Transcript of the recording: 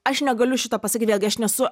aš negaliu šito pasakyt vėlgi aš nesu